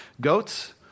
Goats